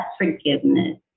forgiveness